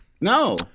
No